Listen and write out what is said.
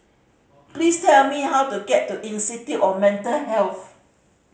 please tell me how to get to Institute of Mental Health